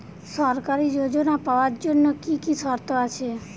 সরকারী যোজনা পাওয়ার জন্য কি কি শর্ত আছে?